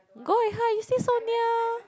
go with her you stay so near